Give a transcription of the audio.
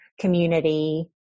community